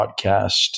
podcast